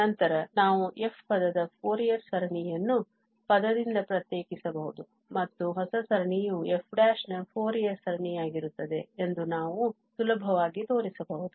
ನಂತರ ನಾವು f ಪದದ ಫೋರಿಯರ್ ಸರಣಿಯನ್ನು ಪದದಿಂದ ಪ್ರತ್ಯೇಕಿಸಬಹುದು ಮತ್ತು ಹೊಸ ಸರಣಿಯು f ನ ಫೋರಿಯರ್ ಸರಣಿಯಾಗಿರುತ್ತದೆ ಎಂದು ನಾವು ಸುಲಭವಾಗಿ ತೋರಿಸಬಹುದು